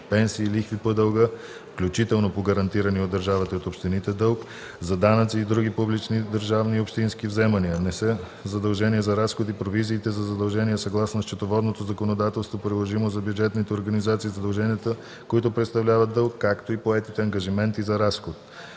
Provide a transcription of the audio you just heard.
пенсии, лихви по дълга (включително по гарантирания от държавата и от общините дълг), за данъци и други публични държавни и общински вземания. Не са задължения за разходи провизиите за задължения съгласно счетоводното законодателство, приложимо за бюджетните организации, задълженията, които представляват дълг, както и поетите ангажименти за разходи.